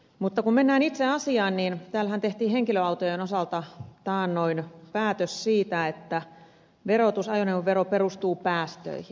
mutta kun mennään itse asiaan niin täällähän tehtiin henkilöautojen osalta taannoin päätös siitä että ajoneuvovero perustuu päästöihin